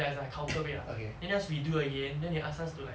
ya it's like counter weight ah then ask us redo again then they ask us to like